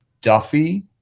Duffy